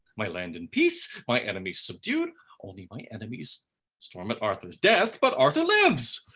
my land in peace, my enemies subdued only my enemies storm at arthur's death but arthur lives.